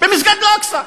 במסגד אל-אקצא,